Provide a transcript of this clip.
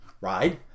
ride